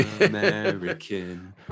American